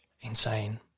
insane